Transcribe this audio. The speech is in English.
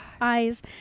eyes